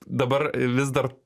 dabar vis dar